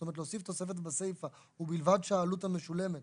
זאת אומרת להוסיף תוספת בסיפה "ובלבד שהעלות המשולמת